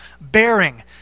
bearing